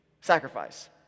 sacrifice